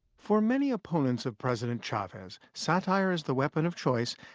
for many opponents of president chavez, satire is the weapon of choice,